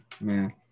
Man